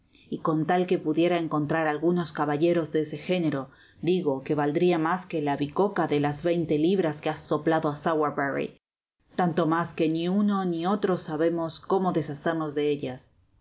y con tal que pudiera encontrar algunos caballeros de ese género digo que valdria mas que la bico ca de las veinte libras que has soplado á sowerberry tanto mas que ni uno ni otro sabemos como deshacernos de ellas